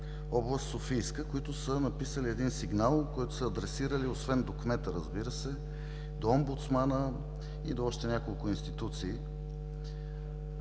област Софийска. Те са написали сигнал, който са адресирали освен до кмета, до омбудсмана и до още няколко институции.